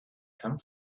come